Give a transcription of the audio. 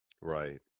Right